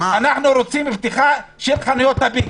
אנחנו רוצים פתיחה של חנויות הביג,